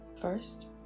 First